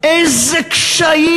איזה קשיים,